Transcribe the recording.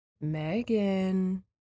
Megan